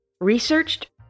Researched